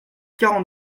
quarante